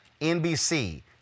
NBC